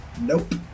nope